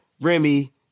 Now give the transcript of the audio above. Remy